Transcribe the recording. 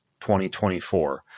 2024